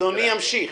אדוני ימשיך.